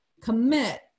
commit